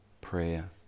prayer